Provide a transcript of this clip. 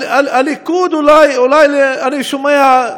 הליכוד, אולי אני שומע,